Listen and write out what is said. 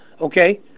okay